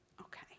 Okay